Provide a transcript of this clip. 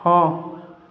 ହଁ